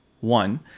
one